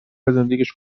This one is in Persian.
زندگیش